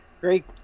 great